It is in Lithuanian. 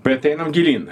bet einam gilyn